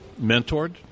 mentored